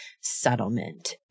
settlement